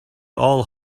all